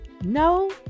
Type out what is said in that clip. No